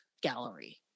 gallery